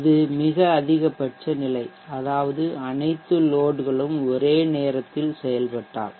இது மிக அதிகபட்ச நிலை அதாவது அனைத்து லோட்களும் ஒரே நேரத்தில் செயல்பட்டால்